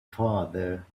father